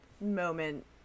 moment